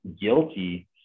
guilty